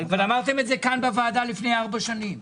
אבל אמרתם את זה כאן בוועדה לפני ארבע שנים,